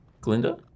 Glinda